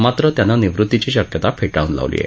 मात्र त्यानं निवृत्तीची शक्यता फेटाळून लावली आहे